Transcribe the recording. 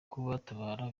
kubatabara